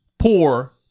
poor